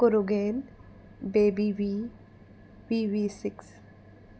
कुरुगेन baby V P V six